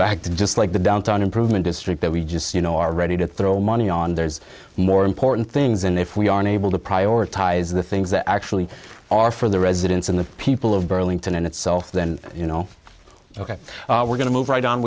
back to just like the downtown improvement district that we just you know are ready to throw money on there's more important things and if we are unable to prioritize the things that actually are for the residents and the people of burlington in itself then you know ok we're going to move right on